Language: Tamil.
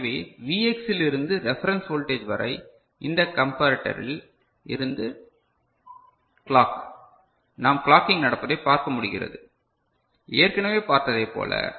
எனவே Vx இலிருந்து ரெஃபரன்ஸ் வோல்டேஜ் வரை இந்த கம்பரடோரில் இருந்து கிளாக் நாம் கிளாக்கிங் நடப்பதை பார்க்க முடிகிறது ஏற்கனவே பார்த்ததைப் போல